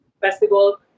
festival